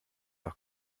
doch